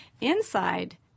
inside